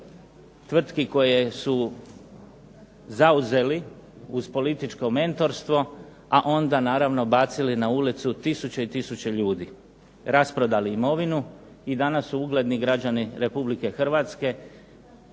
tvrtki koje su zauzeli uz političko mentorstvo, a onda naravno bacili na ulicu tisuće i tisuće ljudi, rasprodali imovinu i danas su ugledni građani Republike Hrvatske